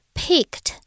picked